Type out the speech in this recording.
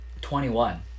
21